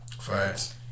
Facts